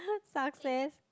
success